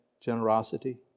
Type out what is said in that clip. generosity